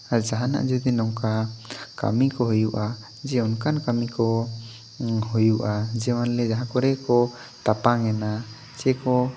ᱟᱨ ᱡᱟᱦᱟᱱᱟᱜ ᱡᱩᱫᱤ ᱱᱚᱝᱠᱟ ᱠᱟᱹᱢᱤ ᱠᱚ ᱦᱩᱭᱩᱜᱼᱟ ᱡᱮ ᱚᱱᱠᱟᱱ ᱠᱟᱹᱢᱤ ᱠᱚ ᱦᱩᱭᱩᱜᱼᱟ ᱡᱮᱢᱚᱱ ᱞᱮ ᱡᱟᱦᱟᱸ ᱠᱚᱨᱮ ᱠᱚ ᱛᱟᱯᱟᱢ ᱮᱱᱟ ᱥᱮ ᱠᱚ